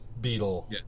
Beetle